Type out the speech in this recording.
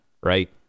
right